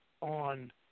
on